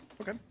Okay